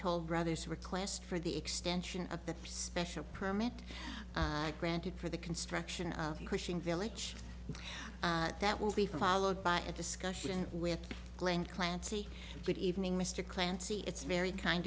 toll brothers request for the extension of the special permit granted for the construction of cushing village that will be followed by a discussion with glen clancy good evening mr clancy it's very kind